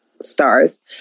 stars